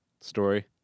story